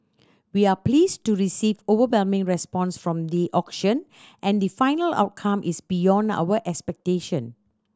we are pleased to receive overwhelming response from the auction and the final outcome is beyond our expectation